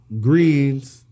greens